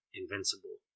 invincible